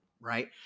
right